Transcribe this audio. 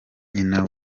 nyina